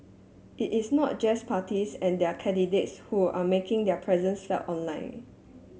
it is not just parties and their candidates who are making their presence felt online